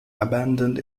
abandoned